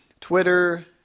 Twitter